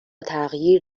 تغییر